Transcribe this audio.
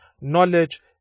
knowledge